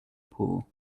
pool